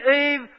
Eve